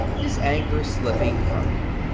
his anger slipping from him.